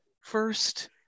first